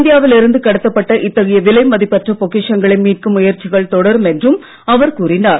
இந்தியாவில் இருந்து கடத்தப்பட்ட இத்தகைய விலை மதிப்பற்ற பொக்கிஷங்களை மீட்கும் முயற்சிகள் தொடரும் என்றும் அவர் கூறினார்